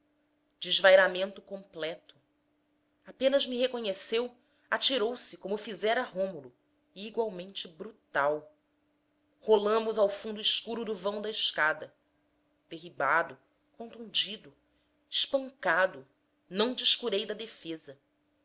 desvairamento completo apenas me reconheceu atirou-se como fizera rômulo e igualmente brutal rolamos ao fundo escuro do vão da escada derribado contundido espancado não descurei da defesa